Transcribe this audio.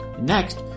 Next